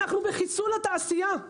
אנחנו בחיסול התעשייה.